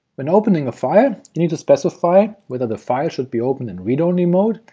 when opening a file, you need to specify whether the file should be opened in read-only mode,